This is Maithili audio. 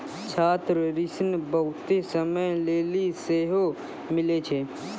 छात्र ऋण बहुते समय लेली सेहो मिलै छै